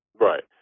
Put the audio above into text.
Right